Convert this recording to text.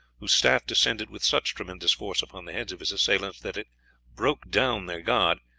whose staff descended with such tremendous force upon the heads of his assailants that it broke down their guard,